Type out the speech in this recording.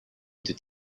into